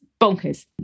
bonkers